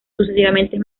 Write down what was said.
sucesivamente